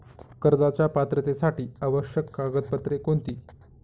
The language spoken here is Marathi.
कर्जाच्या पात्रतेसाठी आवश्यक कागदपत्रे कोणती?